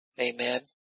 Amen